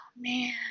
man